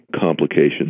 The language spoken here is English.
complications